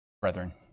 brethren